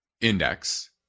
index